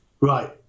right